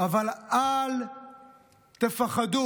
אבל אל תפחדו.